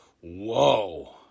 Whoa